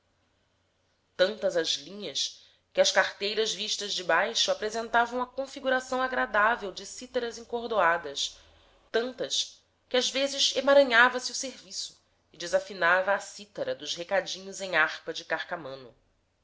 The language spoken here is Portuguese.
tantas as linhas que as carteiras vistas de baixo apresentavam a configuração agradável de citaras encordoadas tantas que às vezes emaranhava se o serviço e desafinava a citara dos recadinhos em harpa de